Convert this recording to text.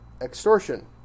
Extortion